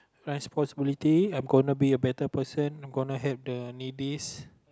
responsibility I'm gonna be a better person I'm gonna help the needys